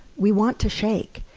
we want to shake.